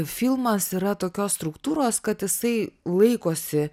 filmas yra tokios struktūros kad jisai laikosi